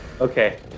Okay